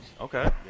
Okay